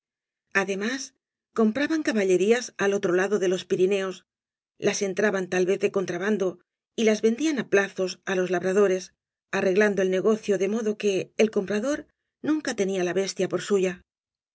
además compraban caballerías al otro lado de los pirineos las entraban tal vez de contrabando y las vendían á plazos á los labradores arreglando el negocio de modo que el comprador nunca tenía v blasco ibjlíbz la bestia por suya